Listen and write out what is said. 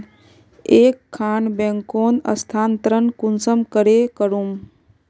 एक खान बैंकोत स्थानंतरण कुंसम करे करूम?